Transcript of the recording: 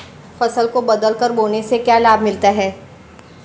फसल को बदल बदल कर बोने से क्या लाभ मिलता है?